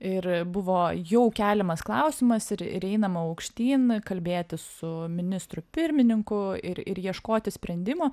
ir buvo jau keliamas klausimas ir ir einama aukštyn kalbėtis su ministru pirmininku ir ir ieškoti sprendimo